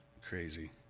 Crazy